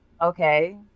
okay